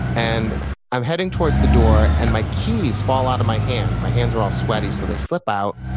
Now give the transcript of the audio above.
and i'm heading towards the door and my keys fall out of my hand. my hands are all sweaty so they slip out,